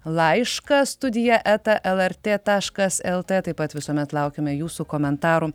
laišką studija eta lrt taškas lt taip pat visuomet laukiame jūsų komentarų